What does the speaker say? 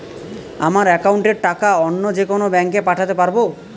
আমার একাউন্টের টাকা অন্য যেকোনো ব্যাঙ্কে পাঠাতে পারব?